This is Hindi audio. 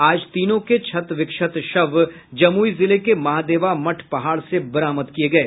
आज तीनों के क्षत विक्षत शव जमुई जिले के महादेवा मठ पहाड़ से बरामद किये गये